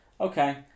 okay